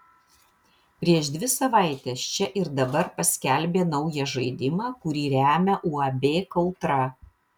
prieš dvi savaites čia ir dabar paskelbė naują žaidimą kurį remia uab kautra